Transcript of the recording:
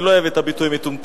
אני לא אוהב את הביטוי "מטומטם",